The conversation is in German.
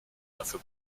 dafür